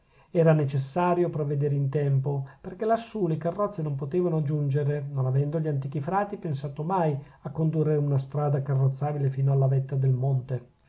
era necessario provvedere in tempo perchè lassù le carrozze non potevan giungere non avendo gli antichi frati pensato mai a condurre una strada carrozzabile fino alla vetta del monte